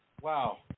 Wow